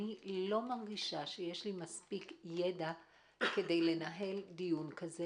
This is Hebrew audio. אני לא מרגישה שיש לי מספיק ידע כדי לנהל דיון כזה.